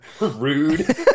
Rude